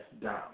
down